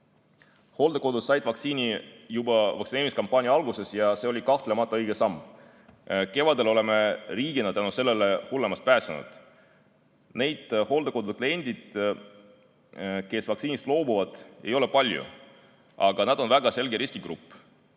Hooldekodud said vaktsiini juba vaktsineerimiskampaania alguses ja see oli kahtlemata õige samm. Kevadel me riigina tänu sellele hullemast pääsesime. Neid hooldekodude kliente, kes vaktsiinist loobuvad, ei ole palju. Aga nad on väga selge riskigrupp.